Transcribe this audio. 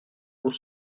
pour